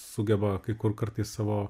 sugeba kai kur kartais savo